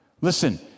Listen